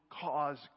cause